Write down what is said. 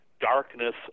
darkness